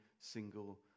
single